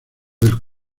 del